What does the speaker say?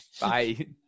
Bye